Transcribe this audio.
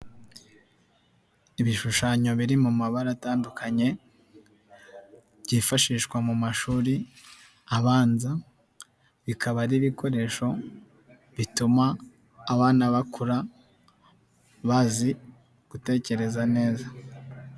Ibishushanyo biri mu mabara atandukanye byifashishwa mu mashuri abanza, bikaba ari ibikoresho bituma abana bakura bazi gutekereza neza.